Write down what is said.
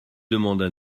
demandes